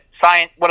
science